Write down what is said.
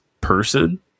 person